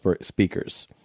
speakers